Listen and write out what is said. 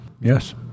Yes